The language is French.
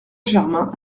germain